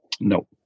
No